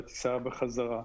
לטיסה בחזרה.